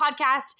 podcast